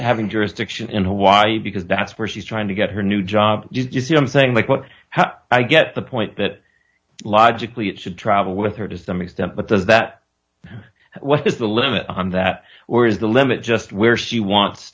having jurisdiction in hawaii because that's where she's trying to get her new job you see something like what how i get the point that logically it should travel with her to some extent but does that what is the limit on that or is the limit just where she wants